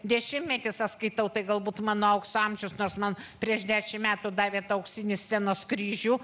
dešimtmetis aš skaitau tai galbūt man aukso amžius nors man prieš dešimt metų davė tą auksinį scenos kryžių